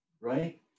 Right